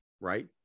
right